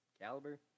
Caliber